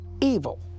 evil